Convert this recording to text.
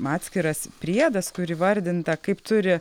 atskiras priedas kur įvardinta kaip turi